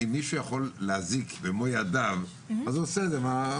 אם מישהו יכול להזיק במו ידיו, אז הוא עושה את זה.